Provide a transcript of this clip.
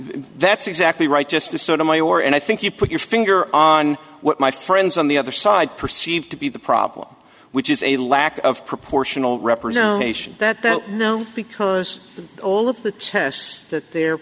that's exactly right just to sort of me or and i think you put your finger on what my friends on the other side perceive to be the problem which is a lack of proportional representation that that no because all of the tests that they're